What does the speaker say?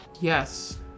Yes